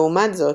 לעומת זאת,